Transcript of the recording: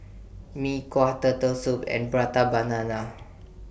Mee Kuah Turtle Soup and Prata Banana